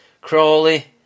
Crawley